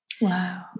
Wow